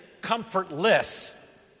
comfortless